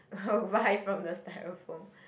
buy from the styrofoam